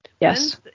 Yes